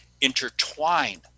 intertwine